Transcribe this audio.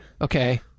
Okay